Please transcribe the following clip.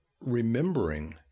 remembering